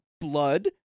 blood